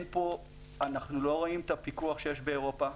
פה אנחנו לא רואים את הפיקוח שיש באירופה,